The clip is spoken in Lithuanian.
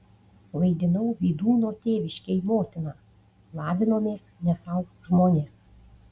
vaidinau vydūno tėviškėj motiną lavinomės ne sau žmonės